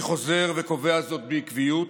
אני חוזר וקובע זאת בעקביות